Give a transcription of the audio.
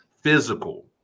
Physical